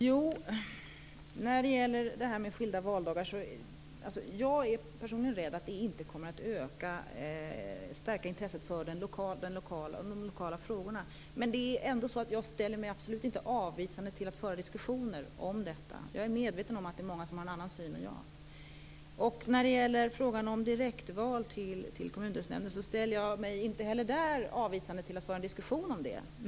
Fru talman! När det gäller skilda valdagar är jag personligen rädd att det inte kommer att stärka intresset för de lokala frågorna. Ändå ställer jag mig absolut inte avvisande till att föra diskussioner om detta. Jag är medveten om att det är många som har en annan syn än jag. När det gäller frågan om direktval till kommundelsnämnder ställer jag mig inte heller där avvisande till att föra en diskussion.